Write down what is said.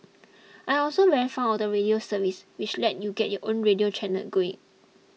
I am also very fond of the radio service which lets you get your own radio channel going